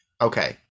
okay